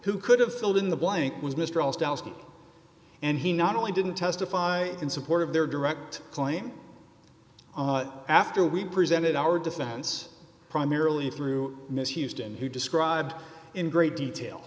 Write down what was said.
who could have filled in the blank was mister and he not only didn't testify in support of their direct claim after we presented our defense primarily through misused and who described in great detail